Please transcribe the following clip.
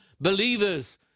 believers